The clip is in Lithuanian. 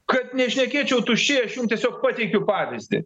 kad nešnekėčiau tuščiai tiesiog pateikiu pavyzdį